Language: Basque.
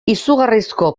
izugarrizko